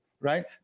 right